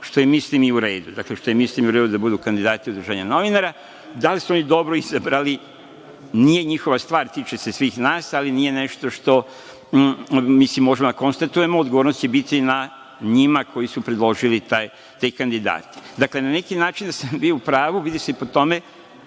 što je mislim u redu. Dakle, što mislim da je u redu da budu kandidati Udruženja novinara. Da li su oni dobro izabrali, nije njihova stvar, tiče se svih nas, ali nije nešto što… mislim, možemo da konstatujemo, odgovornost će biti na njima koji su predložili te kandidate. Dakle, na neki način sam bio u pravu. Vidi se i po tome